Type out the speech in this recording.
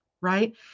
right